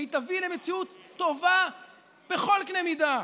והיא תביא למציאות טובה בכל קנה מידה,